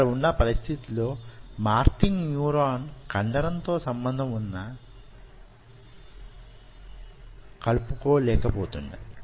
అక్కడ వున్న పరిస్థితి లో మార్టిన్ న్యూరాన్ కండరం తో సంబంధం కలుపులేకపోతున్నది